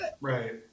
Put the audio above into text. Right